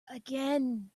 again